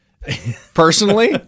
Personally